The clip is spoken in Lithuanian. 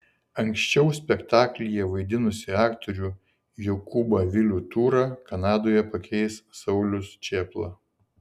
anksčiau spektaklyje vaidinusį aktorių jokūbą vilių tūrą kanadoje pakeis saulius čėpla